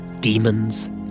demons